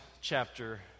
chapter